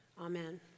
Amen